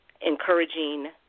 encouraging